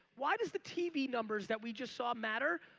why does the tv numbers that we just saw matter?